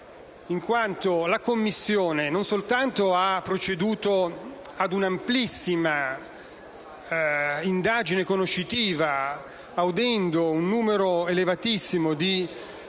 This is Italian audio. la Commissione, non soltanto ha proceduto ad una amplissima indagine conoscitiva audendo un numero elevatissimo di esperti